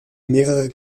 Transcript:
mehrere